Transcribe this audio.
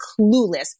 clueless